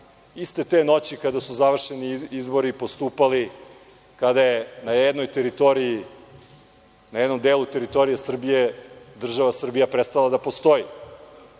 iste te noći kada su završeni izbori postupali kada je na jednom delu teritorije Srbije država Srbija prestala da postoji